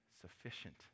sufficient